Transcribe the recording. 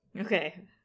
Okay